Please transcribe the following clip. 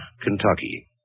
Kentucky